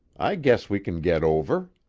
i guess we can get over.